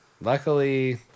luckily